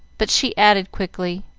but she added, quickly